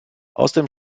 außerdem